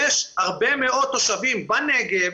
יש הרבה מאוד תושבים בנגב,